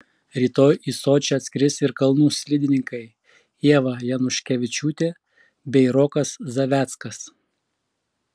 rytoj į sočį atskris ir kalnų slidininkai ieva januškevičiūtė bei rokas zaveckas